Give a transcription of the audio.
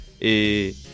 Et